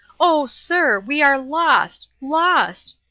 oh, sir, we are lost, lost!